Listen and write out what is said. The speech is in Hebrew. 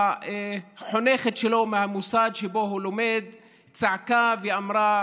כשהחונכת שלו מהמוסד שבו הוא לומד צעקה ואמרה: